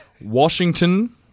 Washington